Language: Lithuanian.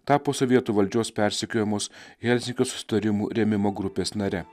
tapo sovietų valdžios persekiojamos helsinkio susitarimų rėmimo grupės nare